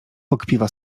pokpiwa